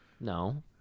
no